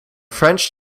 french